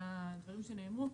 לדברים שנאמרו,